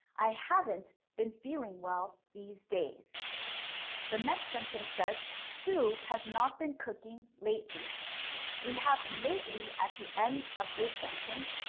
i haven't been feeling well these days the next sentence says, sue has not been cooking lately we have lately at the end of this sentence,